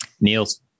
Niels